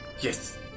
Yes